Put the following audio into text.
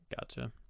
gotcha